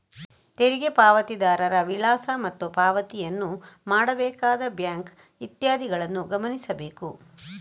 ತೆರಿಗೆ ಪಾವತಿದಾರರ ವಿಳಾಸ ಮತ್ತು ಪಾವತಿಯನ್ನು ಮಾಡಬೇಕಾದ ಬ್ಯಾಂಕ್ ಇತ್ಯಾದಿಗಳನ್ನು ಗಮನಿಸಬೇಕು